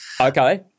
Okay